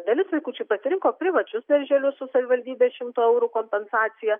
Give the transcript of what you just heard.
dalis vaikučių pasirinko privačius darželius su savivaldybės šimto eurų kompensacija